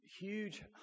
huge